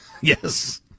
Yes